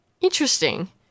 Interesting